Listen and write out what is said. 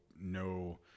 no